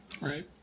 Right